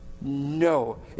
No